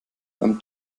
beim